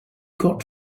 got